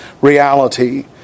reality